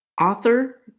Author